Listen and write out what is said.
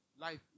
life